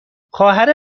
خواهر